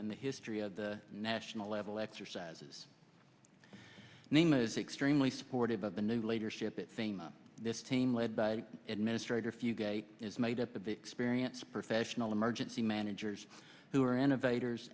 in the history of the national level exercises name is extremely supportive of the new leadership in this team led by administrator few is made up of experienced professional emergency managers who are innovators